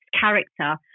character